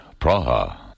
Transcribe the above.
Praha